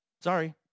Sorry